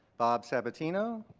bob sabatino.